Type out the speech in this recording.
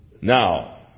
Now